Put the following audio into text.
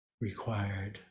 required